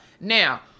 Now